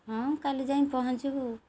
ହଁ କାଲି ଯାଇଁ ପହଞ୍ଚିବୁ